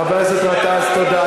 חבר הכנסת גטאס, תודה.